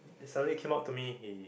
suddenly came up to me he